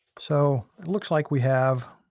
so it looks like we have